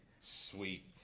sweet